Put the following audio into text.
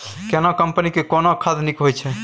केना कंपनी के केना खाद नीक होय छै?